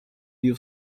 your